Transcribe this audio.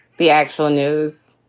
the actual news.